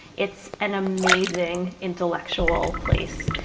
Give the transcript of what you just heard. it's an amazing intellectual place.